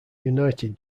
united